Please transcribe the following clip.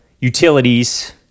utilities